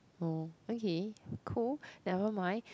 oh okay cool never mind